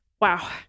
wow